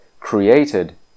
created